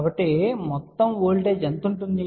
కాబట్టి మొత్తం వోల్టేజ్ ఎంత ఉంటుంది